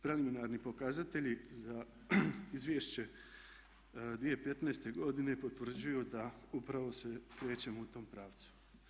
Preliminarni pokazatelji za izvješće 2015. godine potvrđuju da upravo se krećemo u tom pravcu.